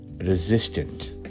resistant